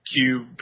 Cube